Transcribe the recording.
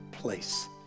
Place